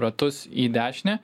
ratus į dešinę